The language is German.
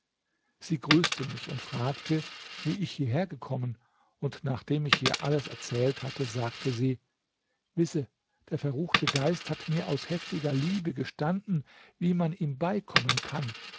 sie grüßte mich und fragte wie ich hierher gekommen und nachdem ich ihr alles erzählt hatte sagte sie wisse der verruchte geist hat mir aus heftiger liebe gestanden wie man ihm beikommen kann